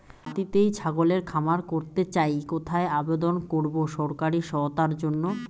বাতিতেই ছাগলের খামার করতে চাই কোথায় আবেদন করব সরকারি সহায়তার জন্য?